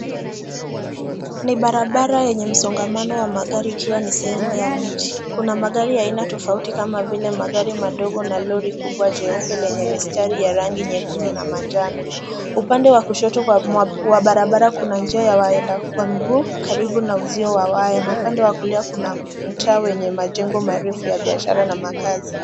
Ni barabara yenye msongamano wa magari ikiwa ni sehemu ya mji. Kuna magari ya aina tofauti kama vile magari madogo na lori kubwa jeupe lenye mistari ya rangi nyekundu na manjano. Upande wa kushoto wa barabara kuna njia ya waenda kwa mguu karibu na uzio wa waya na upande wa kulia kuna mtaa wenye majengo marefu ya biashara na makazi.